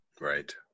right